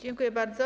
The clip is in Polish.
Dziękuję bardzo.